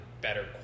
better